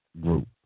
group